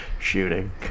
Shooting